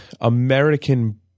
American